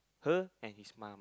her and his mum